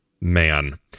Man